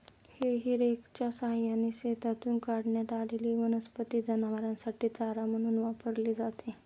हेई रेकच्या सहाय्याने शेतातून काढण्यात आलेली वनस्पती जनावरांसाठी चारा म्हणून वापरली जाते